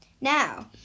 Now